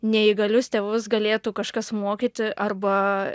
neįgalius tėvus galėtų kažkas mokyti arba